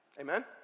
Amen